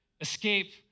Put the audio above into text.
escape